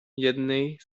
jednej